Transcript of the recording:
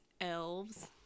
elves